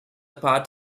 part